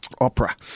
opera